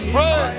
Pray